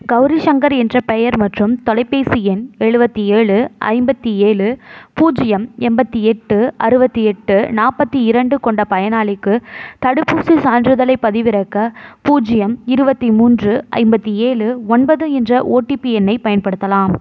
கௌரி சங்கர் என்ற பெயர் மற்றும் தொலைபேசி எண் எழுபத்தி ஏழு ஐம்பத்து ஏழு பூஜ்ஜியம் எண்பத்தி எட்டு அறுபத்தி எட்டு நாற்பத்தி இரண்டு கொண்ட பயனாளிக்கு தடுப்பூசி சான்றிதழை பதிவிறக்க பூஜ்ஜியம் இருபத்தி மூன்று ஐம்பத்து ஏழு ஒன்பது என்ற ஓடிபி எண்ணை பயன்படுத்தலாம்